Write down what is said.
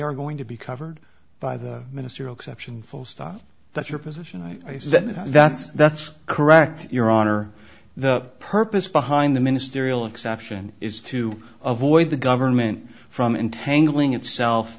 are going to be covered by the ministerial exception full stop that's your position i said that's that's correct your honor the purpose behind the ministerial exception is to avoid the government from entangling itself